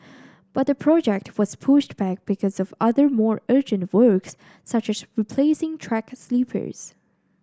but the project was pushed back because of other more urgent works such as replacing track sleepers